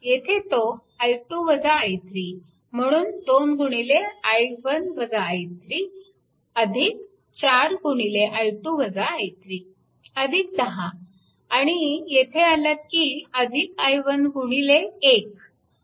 येथे तो म्हणून 2 4 10 आणि येथे आलात की i1 गुणिले 1 0